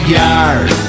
yard